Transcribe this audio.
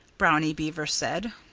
brownie beaver said.